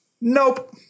nope